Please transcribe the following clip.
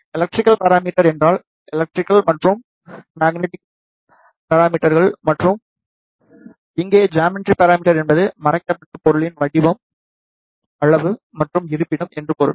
electrical parameter என்றால் electrical மற்றும் magnetic ப்ராப்பர்டிஸ்கள் மற்றும் இங்கே ஜாமெட்ரி பரமீட்டர் என்பது மறைக்கப்பட்ட பொருளின் வடிவம் அளவு மற்றும் இருப்பிடம் என்று பொருள்